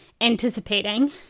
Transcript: anticipating